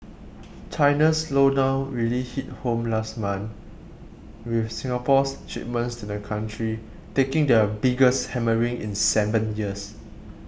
China's slowdown really hit home last month with Singapore's shipments to the country taking the biggest hammering in seven years